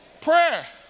Prayer